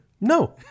No